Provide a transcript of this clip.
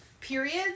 periods